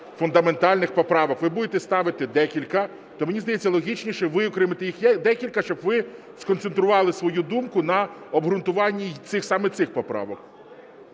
фундаментальних поправок ви будете ставити декілька, то, мені здається, логічніше виокремити їх декілька, щоб ви сконцентрували свою думку на обґрунтуванні саме цих поправок.